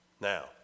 Now